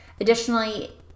Additionally